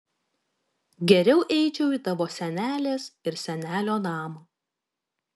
geriau eičiau į tavo senelės ir senelio namą